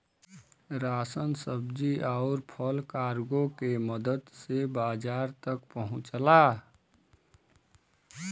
ration सब्जी आउर फल कार्गो के मदद से बाजार तक पहुंचला